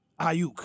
Ayuk